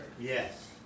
Yes